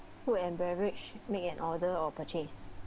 food and beverage make an order or purchase